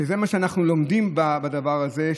וזה מה שאנחנו לומדים בדבר הזה,